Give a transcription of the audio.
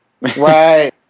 Right